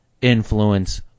influence